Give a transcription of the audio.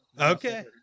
okay